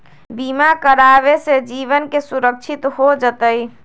बीमा करावे से जीवन के सुरक्षित हो जतई?